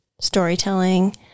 storytelling